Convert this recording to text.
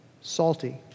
Salty